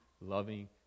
loving